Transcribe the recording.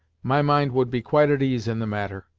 my mind would be quite at ease in the matter.